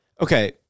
Okay